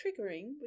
triggering